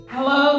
Hello